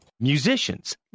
Musicians